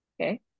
Okay